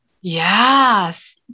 Yes